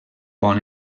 bon